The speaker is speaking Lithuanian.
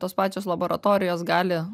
tos pačios laboratorijos gali